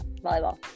volleyball